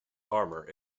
armour